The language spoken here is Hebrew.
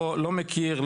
לא מכיר,